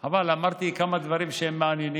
חבל, אמרתי כמה דברים מעניינים